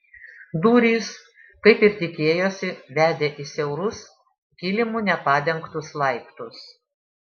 durys kaip ir tikėjosi vedė į siaurus kilimu nepadengtus laiptus